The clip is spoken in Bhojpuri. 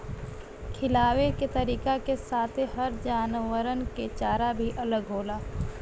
खिआवे के तरीका के साथे हर जानवरन के चारा भी अलग होला